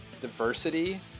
diversity